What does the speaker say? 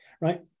right